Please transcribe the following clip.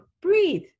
breathe